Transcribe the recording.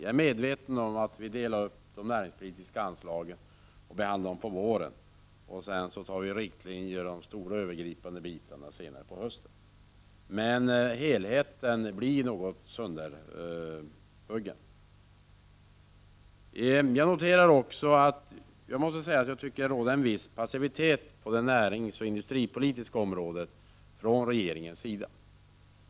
Jag är dock medveten om att vi delar upp näringspolitiken så att vi behandlar anslagen på våren och sedan lägger fast riktlinjerna för de stora övergripande delarna senare på hösten. Helheten blir i alla fall något sönderhackad. Jag noterar att det tycks råda en viss passivitet på det näringsoch industripolitiska området från regeringens sida.